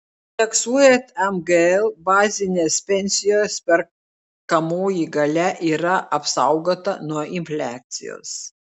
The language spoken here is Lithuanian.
indeksuojant mgl bazinės pensijos perkamoji galia yra apsaugota nuo infliacijos